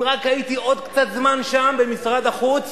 אם רק הייתי עוד קצת זמן שם, במשרד החוץ,